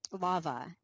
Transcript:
lava